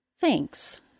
Thanks